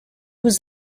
was